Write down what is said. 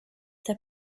der